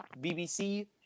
BBC